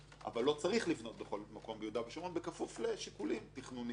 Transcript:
אבל לא צריך לבנות בכל מקום ביהודה ושומרון בכפוף לשיקולים תכנוניים,